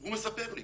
והוא מספר לי